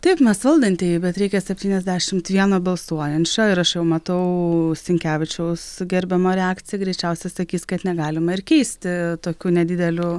taip mes valdantieji bet reikia septyniasdešimt vieno balsuojančio ir aš jau matau sinkevičiaus gerbiamo reakcija greičiausiai sakys kad negalima ir keisti tokiu nedideliu